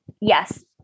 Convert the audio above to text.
yes